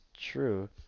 true